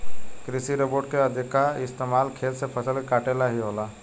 कृषि रोबोट के अधिका इस्तमाल खेत से फसल के काटे ला ही होला